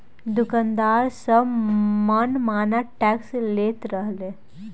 दुकानदार सब मन माना टैक्स लेत रहले